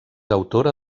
autora